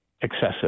excessive